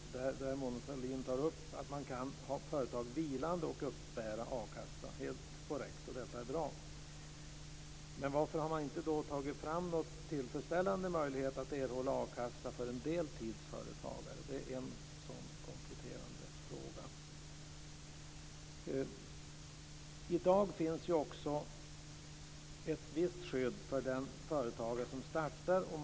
Mona Sahlin tar där, helt korrekt, upp att man kan ha företag vilande och uppbära a-kassa. Detta är bra. Men varför har man inte tagit fram en tillfredsställande möjlighet att erhålla a-kassa för en deltidsföretagare? Det är en kompletterande fråga. I dag finns det ett visst skydd för den företagare som startar en verksamhet.